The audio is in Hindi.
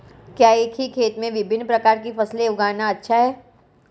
क्या एक ही खेत में विभिन्न प्रकार की फसलें उगाना अच्छा है?